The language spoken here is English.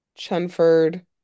Chenford